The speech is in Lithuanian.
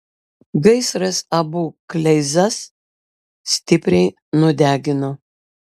gaisras abu kleizas stipriai nudegino